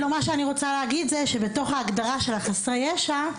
אני רוצה לומר שבתוך ההגדרה של חסרי הישע,